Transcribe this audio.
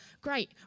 Great